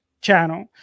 channel